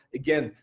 again,